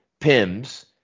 PIMS